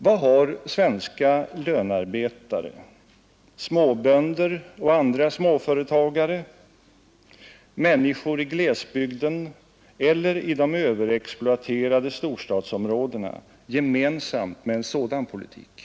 Vad har svenska lönarbetare, småbönder och andra småföretagare, människor i glesbygden eller i de överexploaterade storstadsområdena gemensamt med en sådan politik?